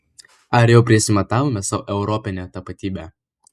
ar jau prisimatavome sau europinę tapatybę